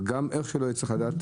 אבל איך שלא יהיה, צריך לדעת